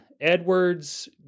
Edwards